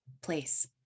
place